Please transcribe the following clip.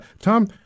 Tom